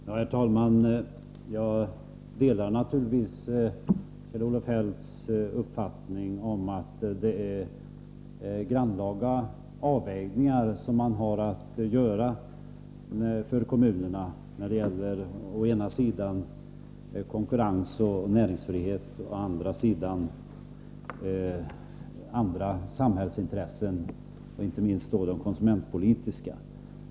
Herr talman! Jag delar naturligtvis Kjell-Olof Feldts uppfattning om att det är en grannlaga avvägning som kommunerna har att göra när det gäller å ena sidan konkurrens och näringsfrihet och å andra sidan andra samhällsintressen, inte minst de konsumentpolitiska.